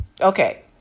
Okay